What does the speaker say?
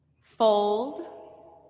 fold